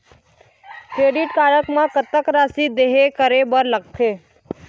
Credit card म कतक राशि देहे करे बर लगथे?